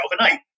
overnight